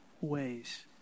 ways